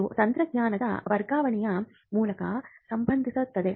ಇದು ತಂತ್ರಜ್ಞಾನದ ವರ್ಗಾವಣೆಯ ಮೂಲಕ ಸಂಭವಿಸುತ್ತದೆ